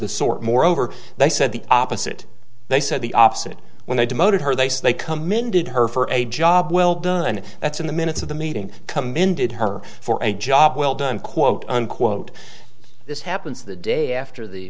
sort moreover they said the opposite they said the opposite when they demoted her they say they commended her for a job well done and that's in the minutes of the meeting commended her for a job well done quote unquote this happens the day after the